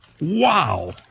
Wow